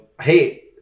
hey